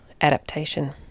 adaptation